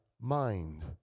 mind